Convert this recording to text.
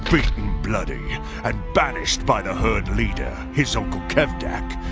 beaten bloody and banished by the herd leader, his uncle kevdak,